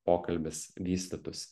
pokalbis vystytųsi